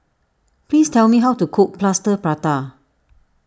please tell me how to cook Plaster Prata